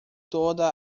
toda